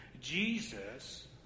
Jesus